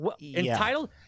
entitled